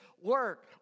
work